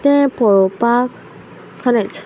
ते पळोवपाक खरेंच